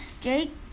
Jake